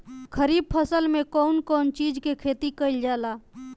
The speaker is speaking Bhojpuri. खरीफ फसल मे कउन कउन चीज के खेती कईल जाला?